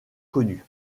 connue